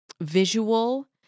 visual